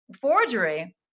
forgery